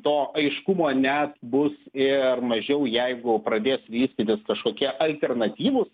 to aiškumo net bus ir mažiau jeigu pradės vystytis kažkokie alternatyvūs